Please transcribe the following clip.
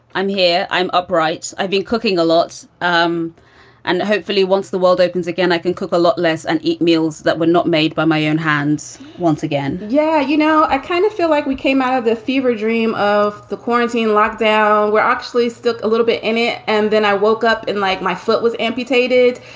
i'm here. i'm upright. i've been cooking a lot. um and hopefully, once the world opens again, i can cook a lot less and eat meals that were not made by my own hands once again yeah. you know, i kind of feel like we came out of the fever dream of the quarantine lockdown. we're actually stuck a little bit in it. and then i woke up and like my foot was amputated